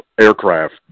aircraft